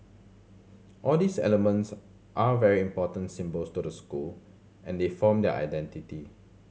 all these elements are very important symbols to the school and they form their identity